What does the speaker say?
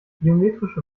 biometrische